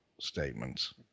statements